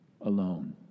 alone